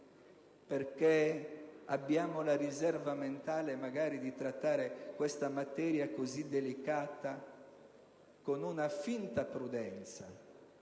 perché abbiamo la riserva mentale di trattare questa materia così delicata con una finta prudenza,